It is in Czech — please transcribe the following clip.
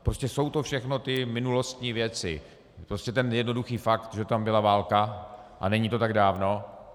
Prostě jsou to všechno ty minulostní věci, prostě ten jednoduchý fakt, že tam byla válka a není to tak dávno.